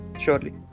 surely